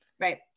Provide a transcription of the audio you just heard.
Right